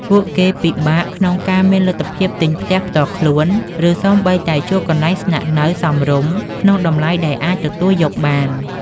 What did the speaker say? ពួកគេពិបាកក្នុងការមានលទ្ធភាពទិញផ្ទះផ្ទាល់ខ្លួន ឬសូម្បីតែជួលកន្លែងស្នាក់នៅសមរម្យក្នុងតម្លៃដែលអាចទទួលយកបាន។